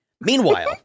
Meanwhile